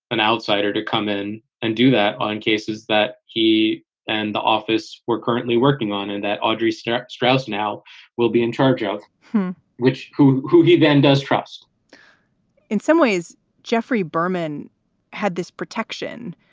an outsider, to come in and do that on cases that he and the office were currently working on and that audrey strauss strauss now will be in charge of which who who he then does trust in some ways jeffrey berman had this protection.